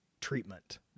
treatment